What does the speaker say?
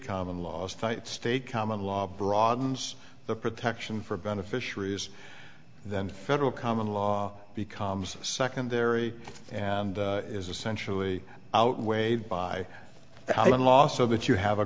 common last night state common law broadens the protection for beneficiaries then federal common law becomes secondary and is essentially outweighed by the law so that you have a